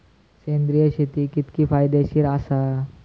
सेंद्रिय शेती कितकी फायदेशीर आसा?